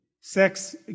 sex